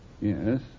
Yes